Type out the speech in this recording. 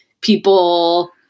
people